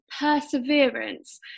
Perseverance